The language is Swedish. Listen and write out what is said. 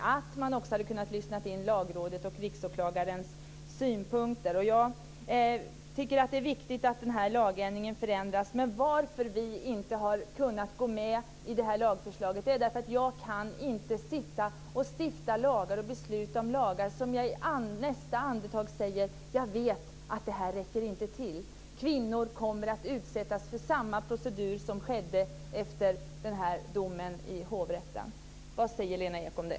Man hade också kunnat lyssna in Jag tycker att det är viktigt att den här lagen förändras. Anledningen till att vi inte har kunnat gå med på det här lagförslaget är att jag inte kan sitta och stifta lagar och fatta beslut om vilka jag i nästa andetag säger: Jag vet att det här inte räcker till. Kvinnor kommer att utsättas för samma procedur som skedde efter den här domen i hovrätten. Vad säger Lena Ek om det?